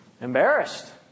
embarrassed